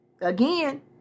again